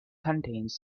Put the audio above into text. contains